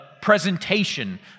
presentation